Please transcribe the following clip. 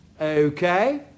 Okay